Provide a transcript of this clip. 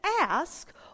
ask